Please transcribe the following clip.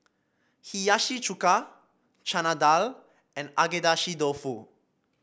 Hiyashi Chuka Chana Dal and Agedashi Dofu